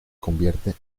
convierte